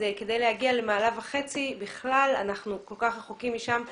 כדי להגיע למעלה וחצי, אנחנו כל כך רחוקים משם.